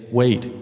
wait